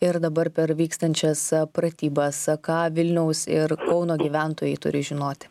ir dabar per vykstančias pratybas ką vilniaus ir kauno gyventojai turi žinoti